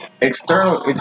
External